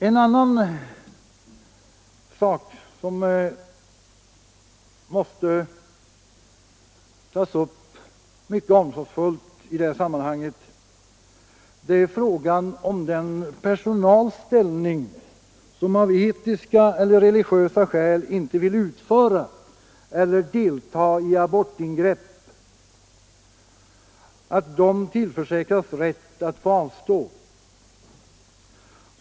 En annan sak som måste tas upp till omsorgsfull behandling är att den personal som av etiska eller religiösa skäl inte vill utföra eller delta i abortingrepp tillförsäkras rätt att avstå.